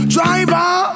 Driver